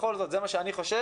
בכל זאת זה מה שאני חושב.